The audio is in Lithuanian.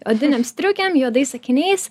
odinėm striukėm juodais akiniais